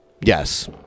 Yes